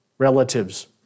relatives